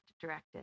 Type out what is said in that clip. directed